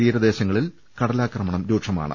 തീരപ്രദേശങ്ങളിൽ കട ലാക്രമണം രൂക്ഷമാണ്